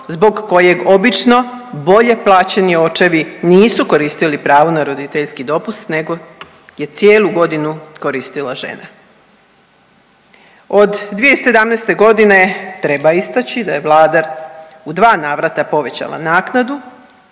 zbog kojeg obično bolje plaćeni očevi nisu koristili pravo na roditeljski dopust nego je cijelu godinu koristila žena. Od 2017. g. treba istaći da je Vlada u 2 navrata povećala naknadu